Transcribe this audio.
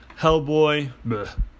Hellboy